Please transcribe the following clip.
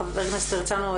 חבר הכנסת הרצנו,